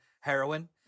Heroin